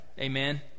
Amen